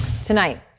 Tonight